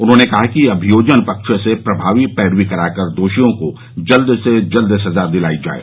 उन्होंने कहा कि अमियोजन पक्ष से प्रमावी पैरवी कराकर दोषियों को जल्द से जल्द सजा दिलाई जाये